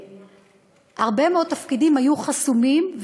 הרבה מאוד תפקידים היו חסומים,